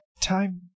time